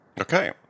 Okay